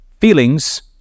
feelings